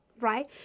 right